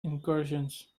incursions